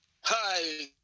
Hi